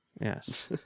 Yes